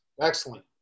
Excellent